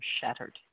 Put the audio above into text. shattered